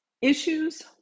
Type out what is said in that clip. Issues